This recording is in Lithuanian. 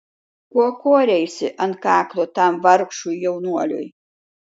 ko koreisi ant kaklo tam vargšui jaunuoliui